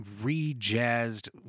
re-jazzed